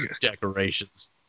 decorations